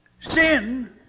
sin